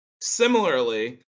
Similarly